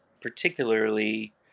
particularly